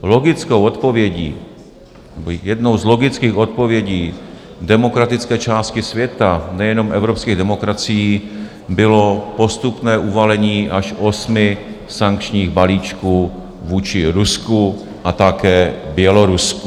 Logickou odpovědí, jednou z logických odpovědí demokratické části světa, nejenom evropských demokracií, bylo postupné uvalení až osmi sankčních balíčků vůči Rusku a také Bělorusku.